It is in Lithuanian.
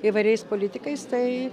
įvairiais politikais tai